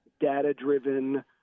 data-driven